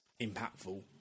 impactful